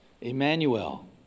Emmanuel